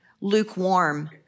lukewarm